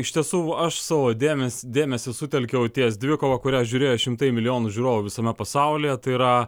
iš tiesų aš savo dėmesį dėmesį sutelkiau ties dvikova kurią žiūrėjo šimtai milijonų žiūrovų visame pasaulyje tai yra